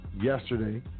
yesterday